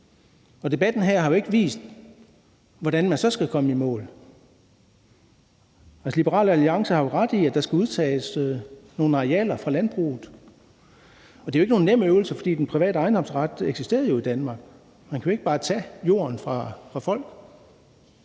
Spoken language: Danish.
og debatten her har jo ikke vist, hvordan man så skal komme i mål. Liberal Alliance har ret i, at der skal udtages nogle arealer fra landbruget, og det er ikke nogen nem øvelse, fordi den private ejendomsret jo eksisterer i Danmark. Man kan ikke bare tage jorden fra folk.